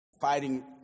fighting